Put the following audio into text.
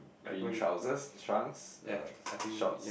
green trousers trunks uh shorts